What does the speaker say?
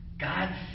God